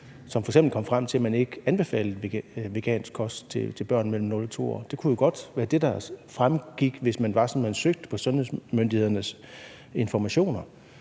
kommer frem til, at man ikke anbefaler vegansk kost til børn mellem 0 og 2 år. Det kunne jo godt være det, der fremgik, hvis det var sådan, at man søgte sundhedsmyndighedernes informationer.